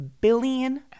billion